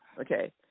okay